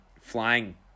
flying